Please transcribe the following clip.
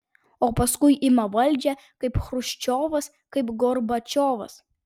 o paskui ima valdžią kaip chruščiovas kaip gorbačiovas